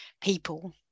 people